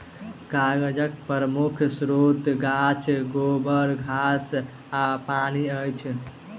कागजक प्रमुख स्रोत गाछ, गोबर, घास आ पानि अछि